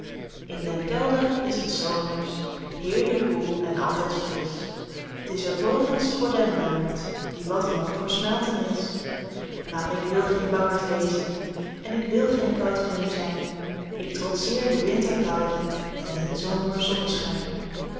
in den kelder is het s zomers heerlijk koel en altijd frisch t is er bovenst voor den bangerd die wat bang voor smelten is pieter louwerse alles zingt maar ik wil geen bangerd wezen en ik wil geen koudkleum zijn ik trotseer de winterkoude en den zomer zonneschijn